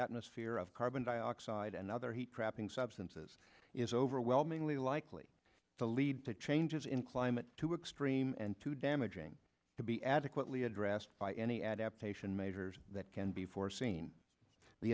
atmosphere of carbon dioxide and other heat trapping substances is overwhelmingly likely to lead to changes in climate to extreme and too damaging to be adequately addressed by any adaptation measures that can be foreseen the